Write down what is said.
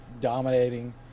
dominating –